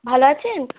ভালো আছেন